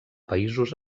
països